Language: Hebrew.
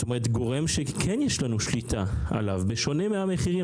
זאת אומרת גורם שכן יש לנו שליטה עליו וזה בשונה מהמחירים.